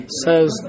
says